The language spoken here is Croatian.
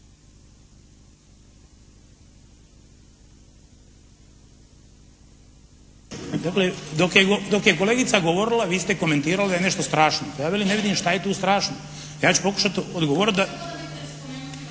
dok je kolegica govorila vi ste komentirali: «Ovo je nešto strašno.» Ja velim ne vidim šta je tu strašno? Ja ću pokušati odgovoriti …